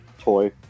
toy